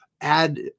add